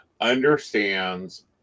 Understands